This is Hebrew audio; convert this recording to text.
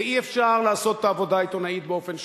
ואי-אפשר לעשות את העבודה העיתונאית באופן שונה.